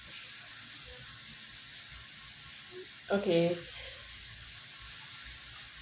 okay